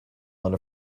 one